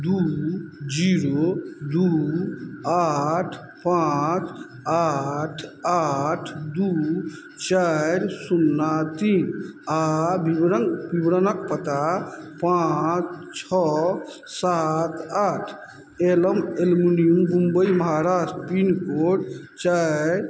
दू जीरो दू आठ पाँच आठ आठ दू चारि शून्ना तीन आओर विवरण वितरणक पता पाँच छओ सात आठ एलम एल्मुनियु मुम्बइ महाराष्ट्र पिन कोड चारि